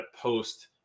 post